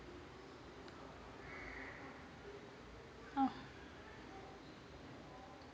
oh